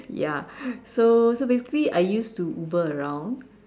ya so so basically I used to Uber around